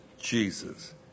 Jesus